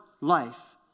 life